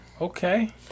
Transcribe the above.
Okay